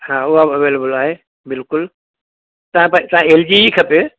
हा उहा बि अवेलेबल आहे बिल्कुलु त पर तव्हां एल जी ई खपे